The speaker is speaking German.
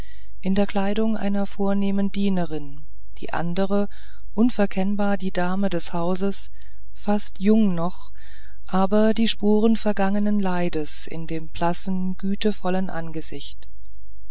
in der kleidung einer vornehmeren dienerin die andere unverkennbar die dame des hauses fast jung noch aber die spuren vergangenen leides in dem blassen gütevollen angesicht